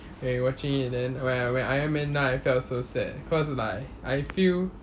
and we watching it then oh ya when iron man died I felt so sad cause like I feel